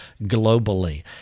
globally